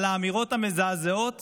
עם האמירות המזעזעות